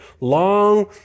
long